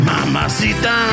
Mamacita